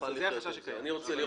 זה החשש הקיים.